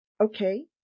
Okay